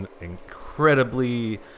incredibly